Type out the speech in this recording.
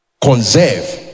Conserve